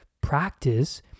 practice